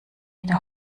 wieder